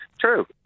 true